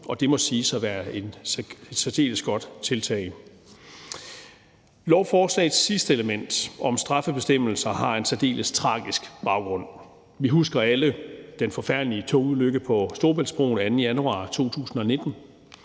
det må siges at være et særdeles godt tiltag. Lovforslagets sidste element om straffebestemmelser har en særdeles tragisk baggrund. Vi husker alle den forfærdelige togulykke på Storebæltsbroen den 2. januar 2019.